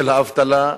של האבטלה,